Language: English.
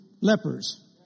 lepers